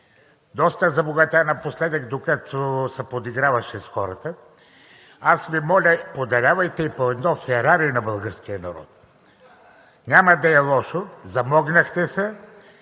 доста забогатя напоследък, докато се подиграваше на хората. Моля Ви, подарявайте по едно ферари на българския народ! (Оживление.) Няма да е лошо, замогнахте се.